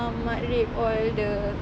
mat rep all the